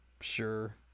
Sure